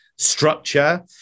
structure